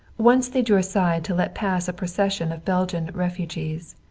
once they drew aside to let pass a procession of belgian refugees,